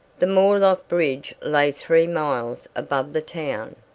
the moorlock bridge lay three miles above the town.